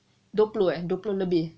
dua puluh eh dua puluh lebih